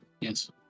yes